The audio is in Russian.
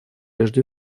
прежде